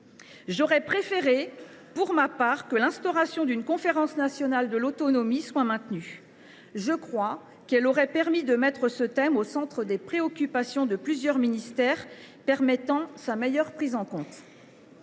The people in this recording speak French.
J’aurais préféré, pour ma part, que l’instauration d’une conférence nationale de l’autonomie soit maintenue, car celle ci aurait placé ce thème au centre des préoccupations de plusieurs ministères, garantissant ainsi sa prise en compte.